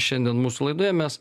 šiandien mūsų laidoje mes